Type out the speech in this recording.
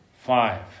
Five